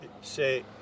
say